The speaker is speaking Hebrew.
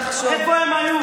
איפה הם היו?